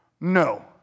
No